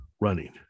running